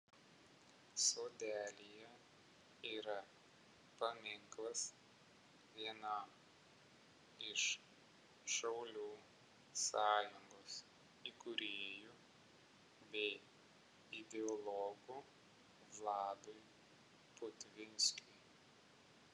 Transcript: sodelyje yra paminklas vienam iš šaulių sąjungos įkūrėjų bei ideologų vladui putvinskiui